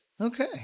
Okay